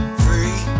free